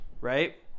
Right